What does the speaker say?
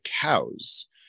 cows